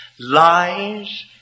lies